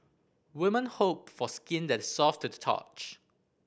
women hope for skin that is soft to the touch